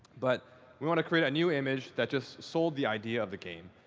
but we wanted to create a new image that just sold the idea of the game.